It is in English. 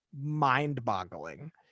mind-boggling